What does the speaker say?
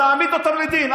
עוד נעמיד אותם לדין.